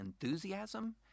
enthusiasm